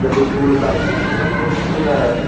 எப்படி ஸ்கூலு காலேஜெல்லாம் இருக்கிற மாதிரி வேணுமா இல்லை